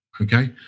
Okay